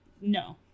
no